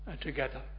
together